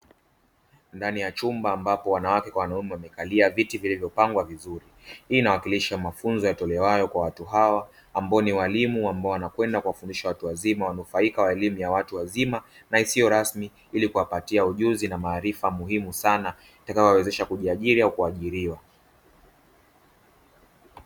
Ndani ya chumba ambapo wanawake kwa wanaume wamekalia viti vilivyopangwa vizuri, hii inawakiliaha mafunzo yatolewayo kwa watu hawa ambao ni walimu ambao wanakwenda kuwafundisha watu wazima wanufaika wa elimu ya watu wazima na isiyo rasmi ili kuwapatia ujuzi na maarifa muhimu sana itakayowawezesha kujiajira au kuajiriwa.